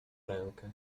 rękę